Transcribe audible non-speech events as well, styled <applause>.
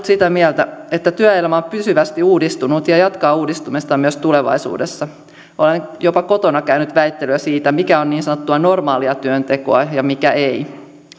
<unintelligible> sitä mieltä että työelämä on pysyvästi uudistunut ja jatkaa uudistumistaan myös tulevaisuudessa olen jopa kotona käynyt väittelyä siitä mikä on niin sanottua normaalia työntekoa ja mikä ei